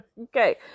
Okay